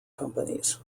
companies